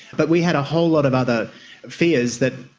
but we had a whole lot of other fears that,